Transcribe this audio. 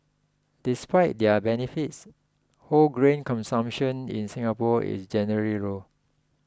despite their benefits whole grain consumption in Singapore is generally low